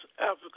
Africa